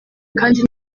kandi